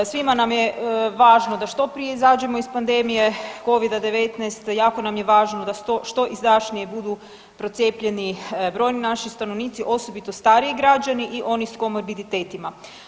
Svima nam je važno da što prije izađemo iz pandemije Covida-19, jako nam je važno da što izdašnije budu procijepljeni brojni naši stanovnici, osobito stariji građani i oni s komorbiditetima.